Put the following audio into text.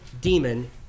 demon